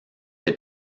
des